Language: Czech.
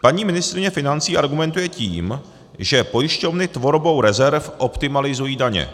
Paní ministryně financí argumentuje tím, že pojišťovny tvorbou rezerv optimalizují daně.